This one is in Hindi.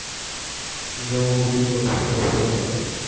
गेहूँ को दीमक से कैसे बचाएँ?